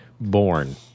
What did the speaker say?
born